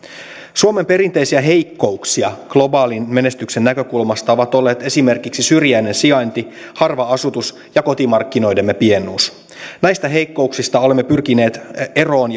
suomen perinteisiä heikkouksia globaalin menestyksen näkökulmasta ovat olleet esimerkiksi syrjäinen sijainti harva asutus ja kotimarkkinoidemme pienuus näistä heikkouksista olemme pyrkineet eroon